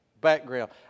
background